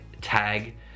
tag